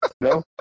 No